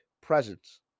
presence